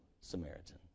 Samaritan